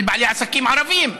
של בעלי עסקים ערבים.